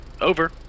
Over